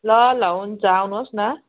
ल ल हुन्छ आउनुहोस् न